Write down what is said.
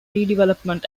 redevelopment